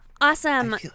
Awesome